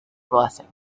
blessing